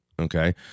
Okay